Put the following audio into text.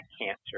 cancer